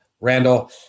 Randall